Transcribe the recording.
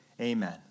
Amen